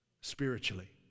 spiritually